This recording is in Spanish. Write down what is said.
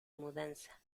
mudanza